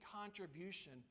contribution